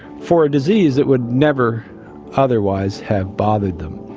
for a disease that would never otherwise have bothered them.